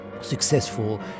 successful